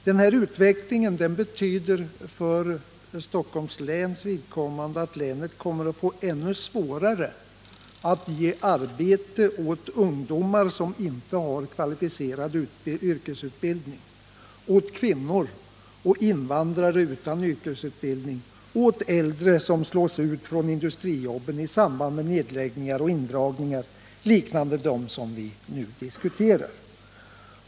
Denna utveckling betyder för Stockholms läns vidkommande att länet kommer att få ännu svårare att ge arbete åt ungdomar som inte har kvalificerad yrkesutbildning, åt kvinnor och invandrare utan yrkesutbildning, åt äldre som slås ut från industrijobben i samband med nedläggningar och indragningar liknande dem som vi nu diskuterar.